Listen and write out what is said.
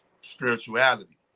spirituality